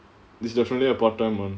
it's definitely a part-time uh